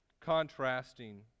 contrasting